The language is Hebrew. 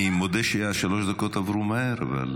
אני מודה שהשלוש דקות עברו מהר.